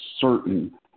certain